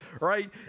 right